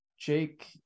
Jake